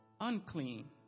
Unclean